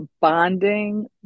bonding